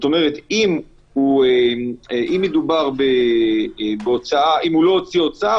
כלומר אם מדובר בהוצאה אם לא הוציא הוצאה,